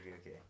okay